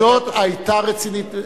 התוכנית הזאת היתה רצינית.